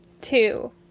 two